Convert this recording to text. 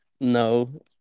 No